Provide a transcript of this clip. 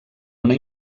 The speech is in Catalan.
una